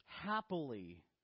happily